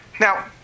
Now